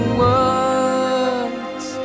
words